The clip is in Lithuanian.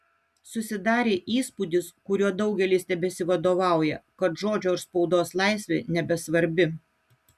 susidarė įspūdis kuriuo daugelis tebesivadovauja kad žodžio ir spaudos laisvė nebesvarbi